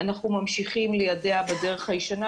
אנחנו ממשיכים ליידע בדרך הישנה,